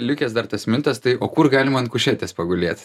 likęs dar tas mitas tai o kur galima ant kušetės pagulėti